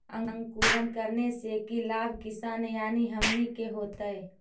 अंकुरण करने से की लाभ किसान यानी हमनि के होतय?